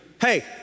Hey